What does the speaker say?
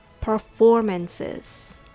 performances